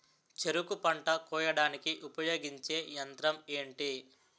చెరుకు పంట కోయడానికి ఉపయోగించే యంత్రం ఎంటి?